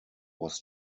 was